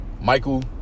Michael